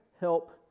help